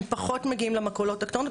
הם פחות מגיעים למכולות הקטנות.